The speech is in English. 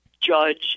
judge